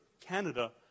Canada